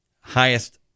highest